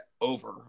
over